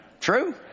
True